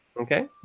Okay